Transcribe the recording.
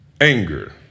anger